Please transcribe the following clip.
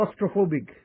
claustrophobic